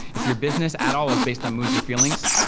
if you're business at all is based on moods or feelings,